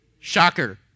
Shocker